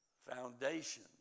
Foundation